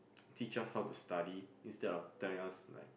teach us how to study instead of telling us like